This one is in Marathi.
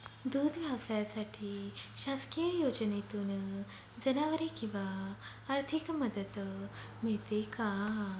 दूध व्यवसायासाठी शासकीय योजनेतून जनावरे किंवा आर्थिक मदत मिळते का?